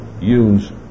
use